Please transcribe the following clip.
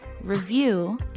review